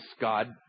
God